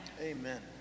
Amen